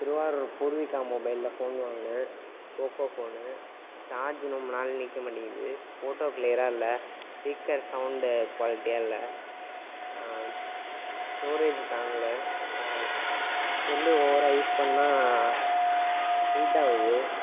திருவாரூர் பூர்விகா மொபைலில் ஃபோன் வாங்கினேன் Poco phone charge ரொம்ப நாள் நிற்க மாட்டேங்குது ஃபோட்டோ க்ளியராக இல்லை ஸ்பீக்கர் சவுண்ட்டு குவாலிட்டியாக இல்லை ஸ்டோரேஜ் தாங்கலை செல்லு ஓவராக யூஸ் பண்ணிணா ஹீட் ஆகுது